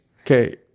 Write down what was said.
Okay